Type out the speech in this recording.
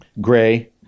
gray